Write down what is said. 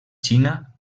xina